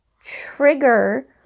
trigger